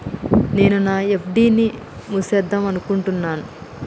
నేను నా ఎఫ్.డి ని మూసివేద్దాంనుకుంటున్న